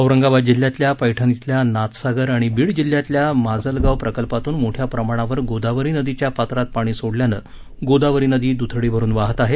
औरंगाबाद जिल्ह्यातल्या पैठण इथल्या नाथसागर आणि बीड जिल्ह्यातल्या माजलगाव प्रकल्पातून मोठ्या प्रमाणावर गोदावरी नदीच्या पात्रात पाणी सोडल्यानं गोदावरी नदी दुथडी भरून वाहत आहे